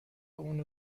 اونو